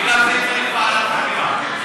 בגלל זה צריך ועדת חקירה.